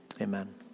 amen